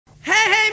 Hey